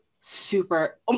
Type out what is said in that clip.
super